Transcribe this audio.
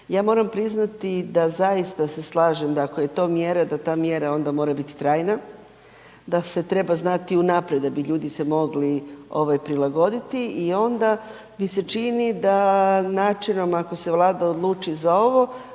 Ja moram priznati da zaista se slažem da ako je to mjera da ta mjera onda mora biti trajna, da se treba znati unaprijed da bi ljudi se mogli prilagoditi i onda mi se čini da načinom ako se Vlada odluči za ovo